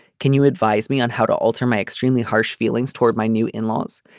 can you advise me on how to alter my extremely harsh feelings toward my new in-laws.